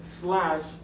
slash